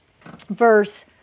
verse